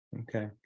okay